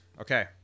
Okay